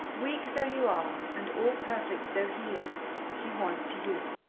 weak though you are, and all-perfect though he is, he wants you.